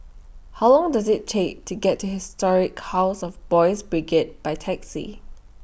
How Long Does IT Take to get to Historic House of Boys' Brigade By Taxi